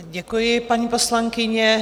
Děkuji, paní poslankyně.